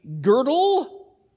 girdle